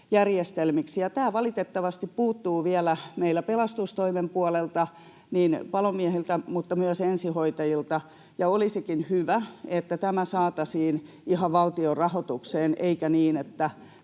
Tämä valitettavasti meillä puuttuu vielä pelastustoimen puolelta, niin palomiehiltä kuin myös ensihoitajilta. Olisikin hyvä, että tämä saataisiin ihan valtion rahoitukseen, eikä niin, että